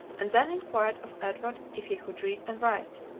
and then inquired of edward if he could read and write?